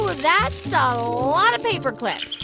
that's ah a lot of paperclips